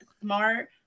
smart